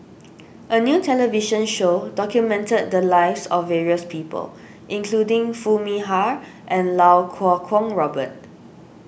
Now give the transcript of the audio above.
a new television show documented the lives of various people including Foo Mee Har and Iau Kuo Kwong Robert